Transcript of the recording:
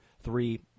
Three